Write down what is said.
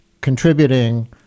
contributing